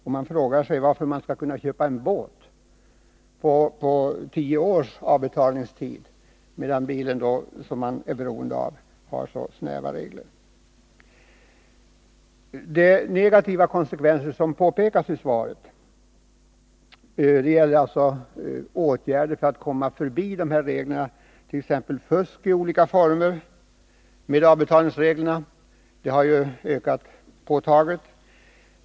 Och jag frågar mig varför man skall kunna köpa en båt med tio års avbetalningstid, medan det är så snäva regler vid köp av bil, som människor är beroende av. De negativa konsekvenserna i form av metoder, bl.a. fusk i olika former, för att komma förbi avbetalningsreglerna, som nämns i svaret, har ökat påtagligt.